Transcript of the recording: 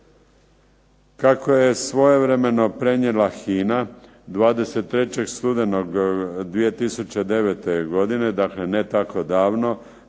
Kako je svojevremeno prenijela HINA 23. studenog 2009. godine, dakle ne tako davno,